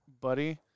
buddy